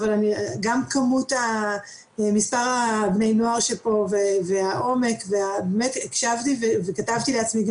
אבל גם מספר בני הנוער פה והעומק ובאמת הקשבתי וכתבתי לעצמי את